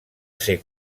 ser